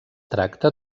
tracta